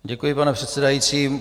Děkuji, pane předsedající.